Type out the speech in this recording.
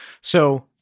So-